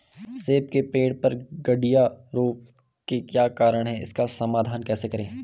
सेब के पेड़ पर गढ़िया रोग के क्या कारण हैं इसका समाधान कैसे करें?